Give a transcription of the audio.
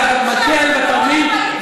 לקחת מקל ותרמיל,